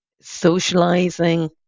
socializing